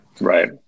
right